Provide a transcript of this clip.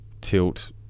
tilt